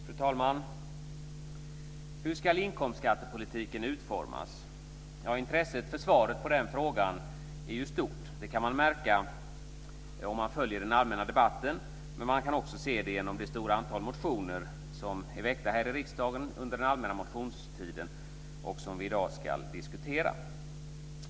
Fru talman! Hur ska inkomstskattepolitiken utformas? Intresset för svaret på den frågan är stort. Det kan man märka om man följer den allmänna debatten. Man kan också se det genom det stora antal motioner som väckts här i riksdagen under den allmänna motionstiden, och som vi i dag ska diskutera.